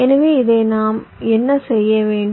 எனவே இதை நாம் என்ன செய்ய வேண்டும்